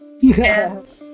Yes